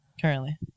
currently